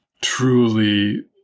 truly